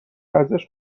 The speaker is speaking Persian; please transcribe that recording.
ازش